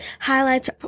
Highlights